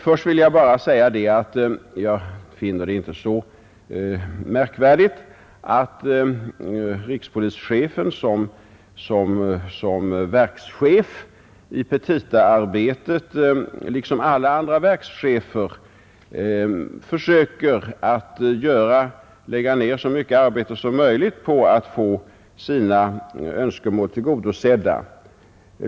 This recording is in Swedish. Först vill jag bara säga att jag inte finner det så märkvärdigt att rikspolischefen som verkschef i petitaarbetet liksom alla andra verkschefer försöker lägga ned så mycket arbete som möjligt för att få sina önskemål tillgodosedda.